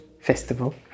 festival